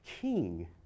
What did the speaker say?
king